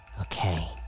Okay